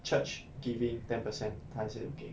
church giving ten percent 他也是有给